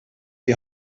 die